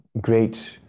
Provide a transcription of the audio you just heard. great